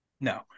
No